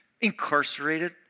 incarcerated